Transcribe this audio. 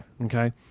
Okay